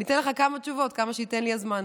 אני אתן לך כמה תשובות, כמה שייתן לי הזמן.